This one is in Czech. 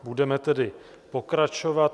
Budeme tedy pokračovat.